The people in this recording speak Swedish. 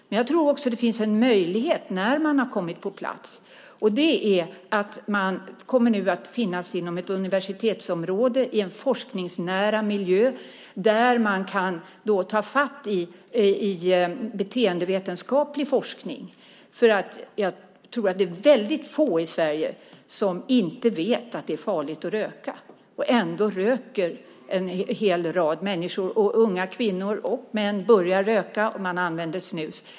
Men jag tror att det också finns en möjlighet när man har kommit på plats, och det är att man nu kommer att finnas inom ett universitetsområde i en forskningsnära miljö, där man kan ta fatt i beteendevetenskaplig forskning. Jag tror att det är väldigt få i Sverige som inte vet att det är farligt att röka, och ändå röker en hel rad människor, och unga kvinnor och män börjar röka och använda snus.